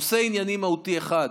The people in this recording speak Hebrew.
נושא ענייני מהותי אחד.